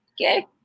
Okay